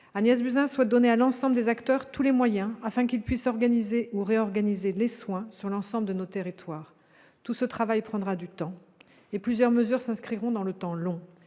Agnès Buzyn souhaite donner à l'ensemble des acteurs tous les moyens afin qu'ils puissent organiser ou réorganiser les soins sur l'ensemble de nos territoires. Tout ce travail prendra du temps, et plusieurs mesures s'inscriront dans le temps long.